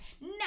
no